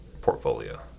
portfolio